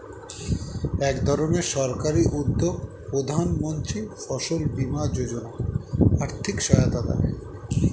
একধরনের সরকারি উদ্যোগ প্রধানমন্ত্রী ফসল বীমা যোজনা আর্থিক সহায়তা দেয়